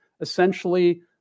essentially